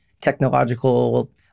technological